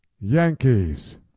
Yankees